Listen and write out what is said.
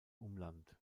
umland